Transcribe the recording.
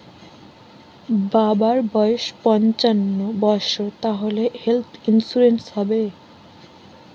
বাবার বয়স পঞ্চান্ন বছর তাহলে হেল্থ ইন্সুরেন্স হবে?